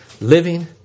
living